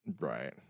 Right